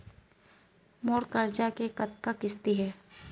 मोर करजा के कतका किस्ती हे?